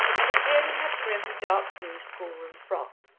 and appeared in her prim, dark-blue schoolroom frock.